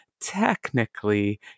technically